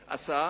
והמידע עשה,